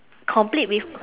complete with